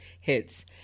hits